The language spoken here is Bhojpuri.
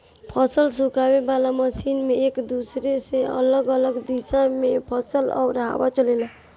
फसल सुखावे वाला मशीन में एक दूसरे से अलग अलग दिशा में फसल और हवा चलेला